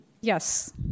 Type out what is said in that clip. Yes